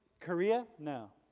korea? no.